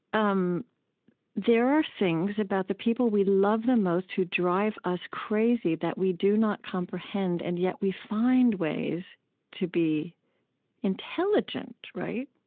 um there are things about the people we love the most who drive us crazy that we do not comprehend. and yet, we find ways to be intelligent, right?